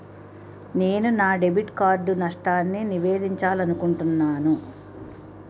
నేను నా debit card నష్టాన్ని నివేదించాలనుకుంటున్నాను